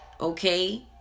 Okay